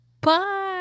Bye